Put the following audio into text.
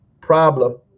problem